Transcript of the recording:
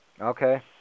Okay